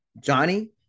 Johnny